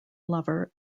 lover